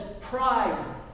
pride